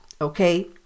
Okay